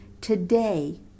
today